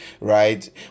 right